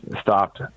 stopped